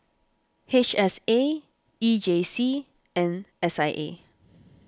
H S A E J C and S I A